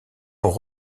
pour